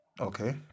Okay